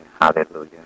Hallelujah